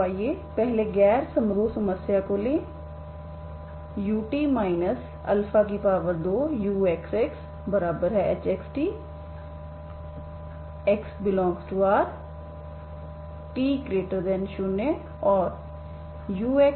तो आइए पहले गैर समरूप समस्या को लें ut 2uxxhxt x∈R t0 और ux0f